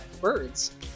birds